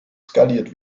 skaliert